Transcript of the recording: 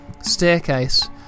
staircase